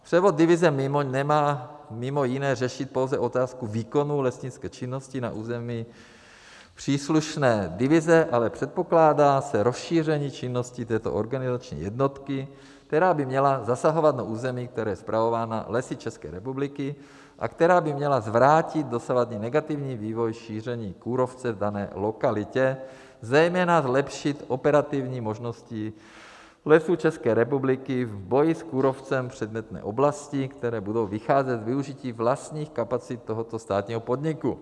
Převod divize Mimoň nemá mimo jiné řešit pouze otázku výkonu lesnické činnosti na území příslušné divize, ale předpokládá se rozšíření činnosti této organizační jednotky, která by měla zasahovat na území, která jsou spravována Lesy České republiky a která by měla zvrátit dosavadní negativní vývoj šíření kůrovce v dané lokalitě, zejména zlepšit operativní možnosti Lesů České republiky v boji s kůrovcem v předmětné oblasti, které budou vycházet z využití vlastních kapacit tohoto státního podniku.